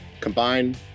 combine